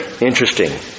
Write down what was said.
Interesting